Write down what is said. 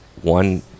one